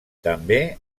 també